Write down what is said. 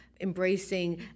embracing